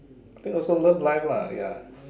I think also love life lah ya